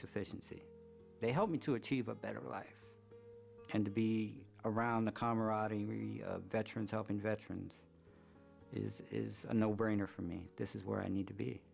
sufficiency they help me to achieve a better life and to be around the camaraderie veterans helping veterans is a no brainer for me this is where i need to